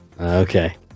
Okay